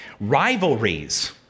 Rivalries